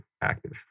active